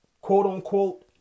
quote-unquote